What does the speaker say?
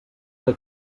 que